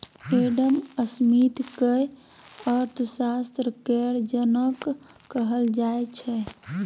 Adam Smith केँ अर्थशास्त्र केर जनक कहल जाइ छै